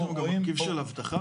יש גם מרכיב של אבטחה?